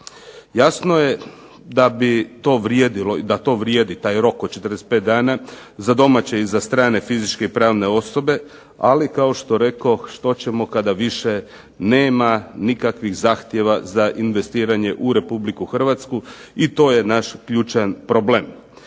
i da to vrijedi, taj rok od 45 dana za domaće i za strane fizičke i pravne osobe. Ali kao što rekoh što ćemo kada više nema nikakvih zahtjeva za investiranje u Republiku Hrvatsku i to je naš ključan problem.